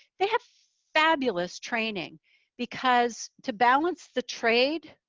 they have fabulous training because to balance the trade,